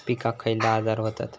पिकांक खयले आजार व्हतत?